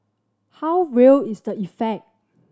how real is the effect